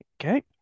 Okay